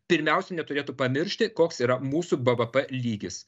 pirmiausia neturėtų pamiršti koks yra mūsų bvp lygis